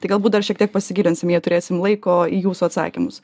tai galbūt dar šiek tiek pasigilinsim jei turėsim laiko į jūsų atsakymus